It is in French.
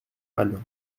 mal